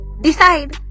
Decide